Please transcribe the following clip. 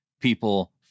people